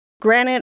Granite